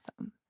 Awesome